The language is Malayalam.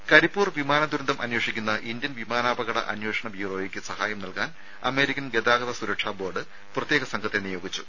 രുദ കരിപ്പൂർ വിമാന ദുരന്തം അന്വേഷിക്കുന്ന ഇന്ത്യൻ വിമാനാപകട അന്വേഷണ ബ്യൂറോയ്ക്ക് സഹായം നൽകാൻ അമേരിക്കൻ ഗതാഗത സുരക്ഷാ ബോർഡ് പ്രത്യേക സംഘത്തെ നിയോഗിച്ചു